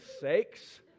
sakes